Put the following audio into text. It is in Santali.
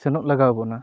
ᱥᱮᱱᱚᱜ ᱞᱟᱜᱟᱣ ᱵᱚᱱᱟ